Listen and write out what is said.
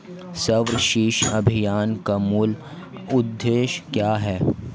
सर्व शिक्षा अभियान का मूल उद्देश्य क्या है?